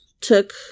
took